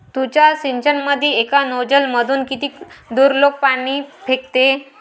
तुषार सिंचनमंदी एका नोजल मधून किती दुरलोक पाणी फेकते?